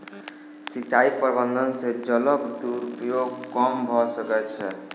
सिचाई प्रबंधन से जलक दुरूपयोग कम भअ सकै छै